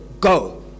go